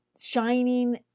shining